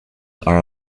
are